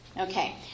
Okay